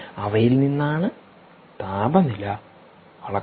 അവയിൽ നിന്നാണ് താപനില അളക്കുന്നത്